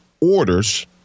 orders